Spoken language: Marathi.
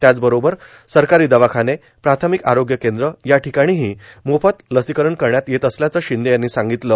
त्याच बरोबर सरकारां दवाखाने प्रार्थामक आरोग्य कद्ग्रं यार्ाठकाणीही मोफत लसीकरण करण्यात येत असल्याचं शिंदे यांनी सांगगतलं